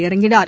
இரங்கினார்